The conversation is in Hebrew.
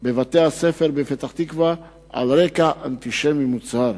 בבתי-הכנסת בפתח-תקווה על רקע אנטישמי מוצהר.